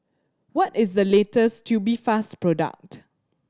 what is the latest Tubifast product